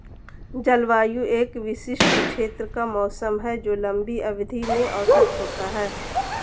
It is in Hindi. जलवायु एक विशिष्ट क्षेत्र का मौसम है जो लंबी अवधि में औसत होता है